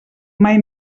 mai